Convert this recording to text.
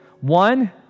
One